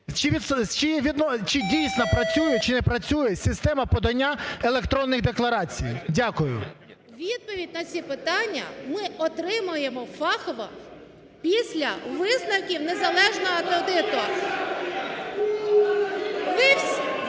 чи дійсно працює чи не працює система подання електронних декларацій? Дякую. 12:55:15 КОРЧАК Н.М. Відповідь на ці питання ми отримаємо фахово після висновків незалежного аудиту.